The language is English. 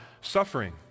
suffering